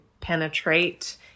penetrate